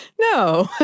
No